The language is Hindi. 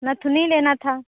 नथुनी लेना था